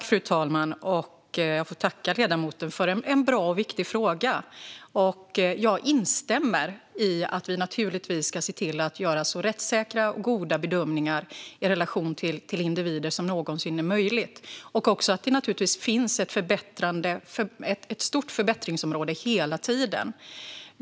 Fru talman! Jag vill tacka ledamoten för en bra och viktig fråga. Jag instämmer i att vi ska se till att det i relation till individen ska göras så rättssäkra och goda bedömningar som det någonsin är möjligt. Jag instämmer också i att det hela tiden finns ett stort förbättringsområde.